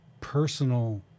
personal